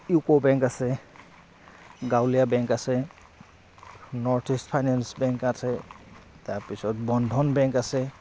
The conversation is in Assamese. ইউকো বেংক আছে গাঁৱলীয়া বেংক আছে নৰ্থ ইষ্ট ফাইনেন্স বেংক আছে তাৰপিছত বন্ধন বেংক আছে